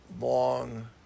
long